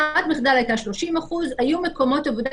ברירת המחדל הייתה 30%. היו מקומות עבודה,